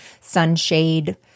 sunshade